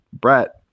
Brett